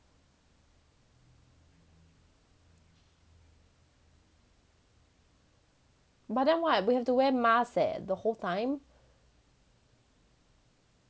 but then what we have to wear mask the whole time